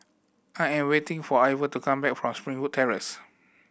I am waiting for Ivor to come back from Springwood Terrace